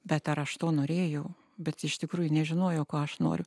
bet ar aš to norėjau bet iš tikrųjų nežinojau ko aš noriu